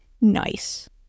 Nice